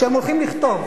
כשהם הולכים לכתוב.